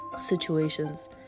situations